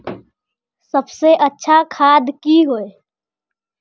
सबसे अच्छा खाद की होय?